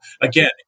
Again